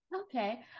Okay